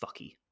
fucky